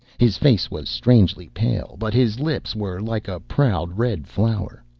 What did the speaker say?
his face was strangely pale, but his lips were like a proud red flower.